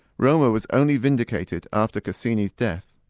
roma was only vindicated after cassini's death.